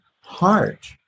heart